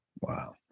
Wow